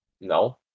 No